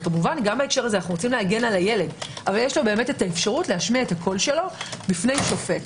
אנו רוצים להגן על הילד אבל יש לו האפשרות להביע קולו לפני שופט.